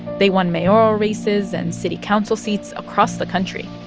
they won mayoral races and city council seats across the country.